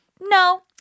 no